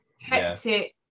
hectic